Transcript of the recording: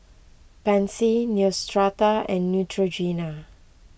Pansy Neostrata and Neutrogena